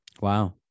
Wow